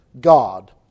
God